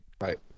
right